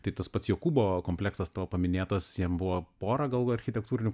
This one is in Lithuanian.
tai tas pats jokūbo kompleksas tavo paminėtas jam buvo pora gal architektūrinių